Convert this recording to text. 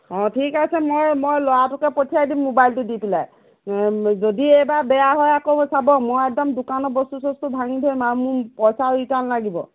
অঁ ঠিক আছে মই মই ল'ৰাটোকে পঠিয়াই দিম মোবাইলটো দি পেলাই যদি এইবাৰ বেয়া হয় আকৌ চাব মই একদম দোকানৰ বস্তু চস্তু ভাঙি থৈ আহিম আৰু মোক পইচাও ৰিটাৰ্ণ লাগিব